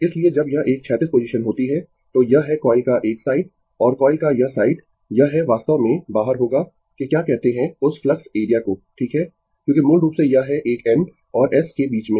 इसलिए जब यह एक क्षैतिज पोजीशन होती है तो यह है कॉइल का यह साइड और कॉइल का यह साइड यह है वास्तव में बाहर होगा के क्या कहते है उस फ्लक्स एरिया को ठीक है क्योंकि मूल रूप से यह है एक N और S के बीच में